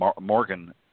Morgan